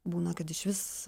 būna kad išvis